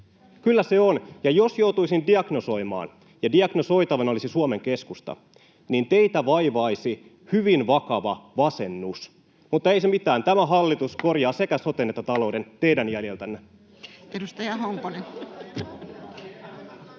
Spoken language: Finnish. Kyllä se on, ja jos joutuisin diagnosoimaan ja diagnosoitavana olisi Suomen Keskusta, niin teitä vaivaisi hyvin vakava ”vasennus”. Mutta ei se mitään, tämä hallitus korjaa sekä soten että talouden teidän jäljiltänne.